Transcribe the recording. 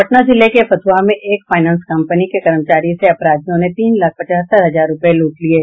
पटना जिले के फतुहा में एक फाइनेंस कंपनी के कर्मचारी से अपराधियों ने तीन लाख पचहत्तर हजार रूपये लूट लिये